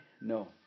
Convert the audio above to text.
no